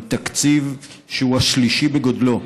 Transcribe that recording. עם תקציב שהוא השלישי בגודלו: